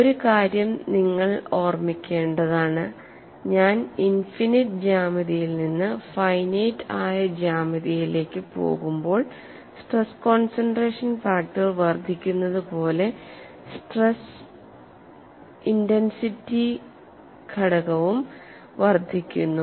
ഒരു കാര്യം നിങ്ങൾ ഓർമ്മിക്കേണ്ടതാണ് ഞാൻ ഇനിഫിനിറ്റ് ജ്യാമിതിയിൽ നിന്ന് ഫൈനൈറ്റ് ആയ ജ്യാമിതിയിലേക്ക് പോകുമ്പോൾ സ്ട്രെസ് കോൺസൺട്രേഷൻ ഫാക്ടർ വർദ്ധിക്കുന്നത് പോലെ സ്ട്രെസ് ഇന്റെൻസിറ്റി ഘടകവും വർദ്ധിക്കുന്നു